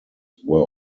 were